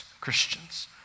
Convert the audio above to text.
Christians